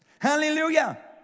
Hallelujah